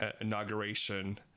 inauguration